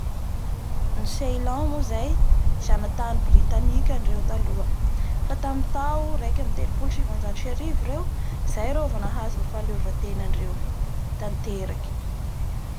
Ny seiland moa zay zanatany britanika andreo taloha fa tamin'ny tao raika ambin'ny telopolo sy sivanjato sy arivo reo izay reo vo nahazo ny fahaleovantenandreo tanteraky.